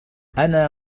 أنا